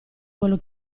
quello